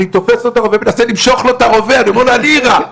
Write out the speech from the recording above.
אני תופס לו את הרובה ומנסה למשוך לו את הרובה ואומר לו 'אני אירה'.